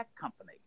company